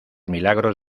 milagros